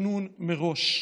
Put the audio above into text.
תכנון מראש,